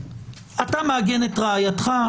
אתה מעגן את רעייתך?